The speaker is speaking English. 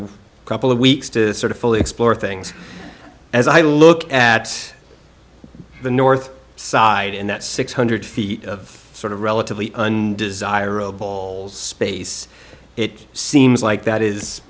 of a couple of weeks to sort of fully explore things as i look at the north side in that six hundred feet of sort of relatively desirable old space it seems like that is